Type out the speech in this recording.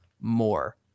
more